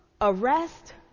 arrest